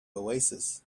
oasis